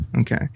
Okay